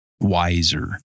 wiser